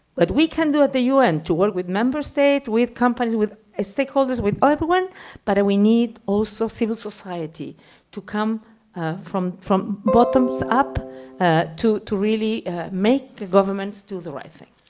that we can do at the u n. to work with member states, with companies, with ah stakeholders, with ah everyone, but we need also civil society to come from from bottoms up ah to to really make the governments do the right thing.